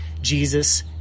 Jesus